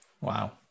Wow